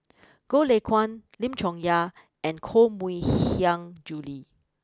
Goh Lay Kuan Lim Chong Yah and Koh Mui Hiang Julie